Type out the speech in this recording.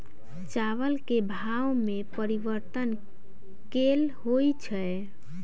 चावल केँ भाव मे परिवर्तन केल होइ छै?